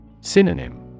Synonym